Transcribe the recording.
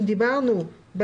אם דיברנו על